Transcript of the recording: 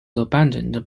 abandoned